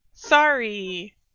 sorry